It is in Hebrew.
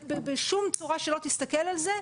בשום צורה שלא תסתכל על זה,